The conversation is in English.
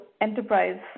enterprise